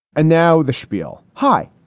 and now the schpiel. hi,